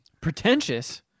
Pretentious